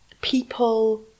people